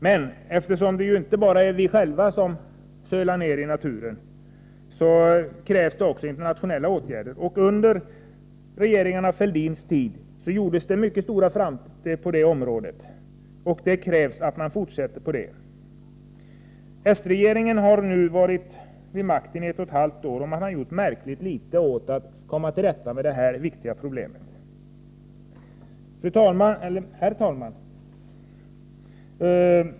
Men eftersom det inte bara är vi själva som sölar ner i naturen krävs det också internationella åtgärder. Under regeringarna Fälldins tid gjordes det mycket stora framsteg på detta område, och det krävs att detta arbete fortsätter. Den socialdemokratiska regeringen har nu varit vid makten ett och ett halvt år, och den har gjort märkligt litet för att komma till rätta med detta viktiga problem. Herr talman!